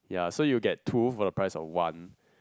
yeah so you get two for the price of one